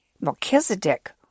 Melchizedek